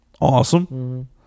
Awesome